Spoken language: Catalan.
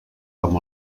com